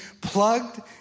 plugged